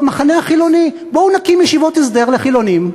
במחנה החילוני: בואו נקים ישיבות הסדר לחילונים.